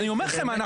אני אומר לכם,